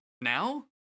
now